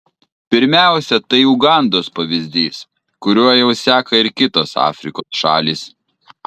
pirmiausia tai ugandos pavyzdys kuriuo jau seka ir kitos afrikos šalys